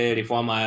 reform